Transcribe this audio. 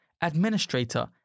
administrator